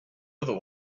other